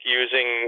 using